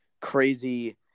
crazy